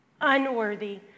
unworthy